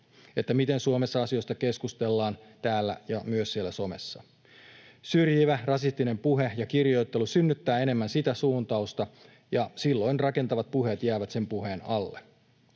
miten Suomessa asioista keskustellaan täällä ja myös somessa. Syrjivä rasistinen puhe ja kirjoittelu synnyttävät enemmän sitä suuntausta, ja silloin rakentavat puheet jäävät sen puheen alle.